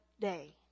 day